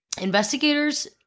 Investigators